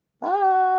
Bye